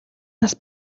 нас